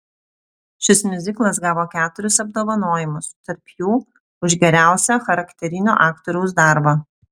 šis miuziklas gavo keturis apdovanojimus tarp jų už geriausią charakterinio aktoriaus darbą